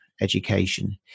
education